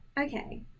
okay